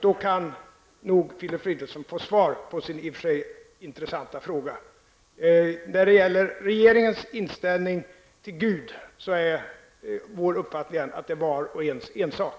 Då kan nog Filip Fridolfsson få svar på sin intressanta fråga. När det gäller regeringens inställning till Gud är det vår uppfattning att det är vars och ens ensak.